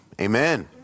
amen